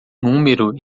número